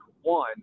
one